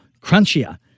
crunchier